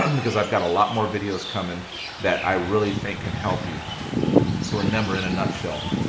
um because i've got a lot more videos coming that i really think can help you so remember in a nutshell?